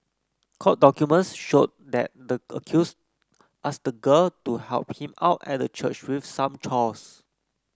court documents showed that the accused asked the girl to help him out at the church with some chores